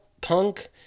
punk